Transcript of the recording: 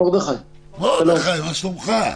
מרדכי, מה שלומך?